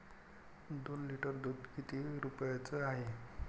दोन लिटर दुध किती रुप्याचं हाये?